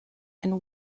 and